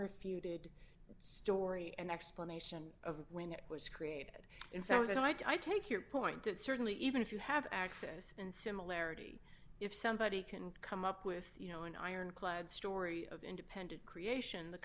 refuted story an explanation of when it was created in fact was and i take your point that certainly even if you have access and similarity if somebody can come up with you know an ironclad story of independent creation the